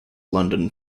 london